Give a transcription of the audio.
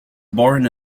born